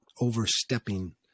overstepping